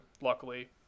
luckily